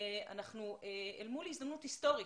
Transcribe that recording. הם עומדים אל מול הזדמנות היסטורית.